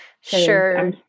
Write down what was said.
sure